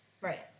Right